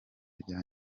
rya